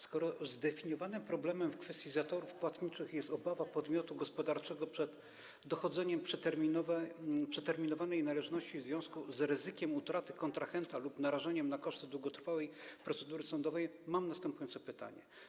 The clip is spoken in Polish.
Skoro zdefiniowanym problemem w kwestii zatorów płatniczych jest obawa podmiotu gospodarczego przed dochodzeniem przeterminowanej należności w związku z ryzykiem utraty kontrahenta lub narażeniem się na koszty długotrwałej procedury sądowej, mam następujące pytanie: